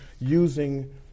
using